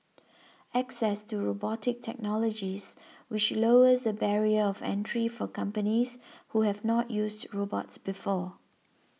access to robotics technologies which lowers the barrier of entry for companies who have not used robots before